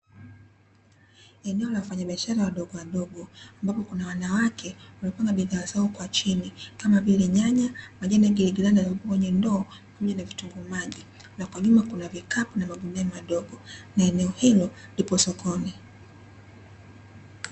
Eneo la wafanyabiashara wadogowadogo ambapo kuna wanawake wamepanga bidhaa zao kwa chini, kama vile: nyanya, majani ya giligilani yaliyokuwepo kwenye ndoo, na vitunguu maji; na kwa nyuma kuna vikapu na magunia madogo. Na eneo hilo lipo sokoni.